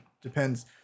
depends